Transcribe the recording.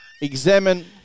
examine